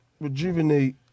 rejuvenate